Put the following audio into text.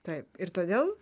taip ir todėl